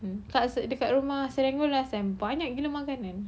mm kat dekat rumah serangoon last time banyak gila makanan